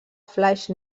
flaix